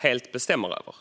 helt bestämmer över.